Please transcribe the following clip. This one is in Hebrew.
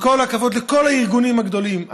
עם כל הכבוד לכל הארגונים הגדולים,